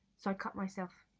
so i cut myself,